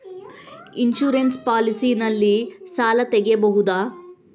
Insurance policy ನಲ್ಲಿ ಸಾಲ ತೆಗೆಯಬಹುದ?